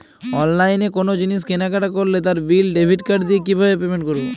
অনলাইনে কোনো জিনিস কেনাকাটা করলে তার বিল ডেবিট কার্ড দিয়ে কিভাবে পেমেন্ট করবো?